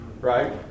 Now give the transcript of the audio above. right